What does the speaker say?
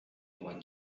roi